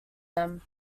them